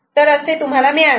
तर असे तुम्हाला मिळाले